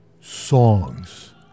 songs